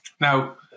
Now